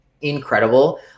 incredible